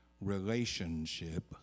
relationship